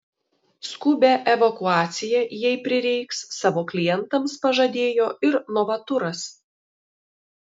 skubią evakuaciją jei prireiks savo klientams pažadėjo ir novaturas